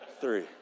three